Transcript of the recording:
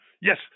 Yes